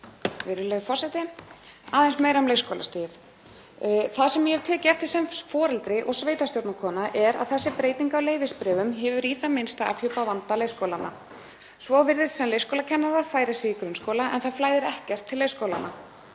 Virðulegur forseti. Aðeins meira um leikskólastigið. Það sem ég hef tekið eftir sem foreldri og sveitarstjórnarkona er að þessi breyting á leyfisbréfum hefur í það minnsta afhjúpað vanda leikskólanna. Svo virðist sem leikskólakennarar færi sig í grunnskóla en það flæðir ekkert til leikskólanna.